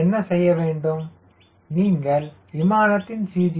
என்ன செய்ய வேண்டும் என்றால் நீங்கள் விமானத்தின் C